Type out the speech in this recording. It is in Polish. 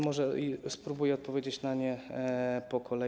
Może spróbuję odpowiedzieć na nie po kolei.